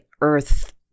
earth